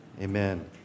Amen